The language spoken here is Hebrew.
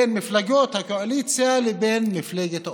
בין מפלגות הקואליציה לבין מפלגת האופוזיציה.